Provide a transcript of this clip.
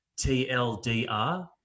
TLDR